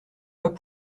pas